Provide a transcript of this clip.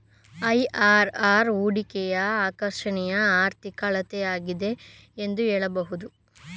IRR ಹೂಡಿಕೆಯ ಆಕರ್ಷಣೆಯ ಆರ್ಥಿಕ ಅಳತೆಯಾಗಿದೆ ಎಂದು ಹೇಳಬಹುದು